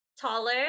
taller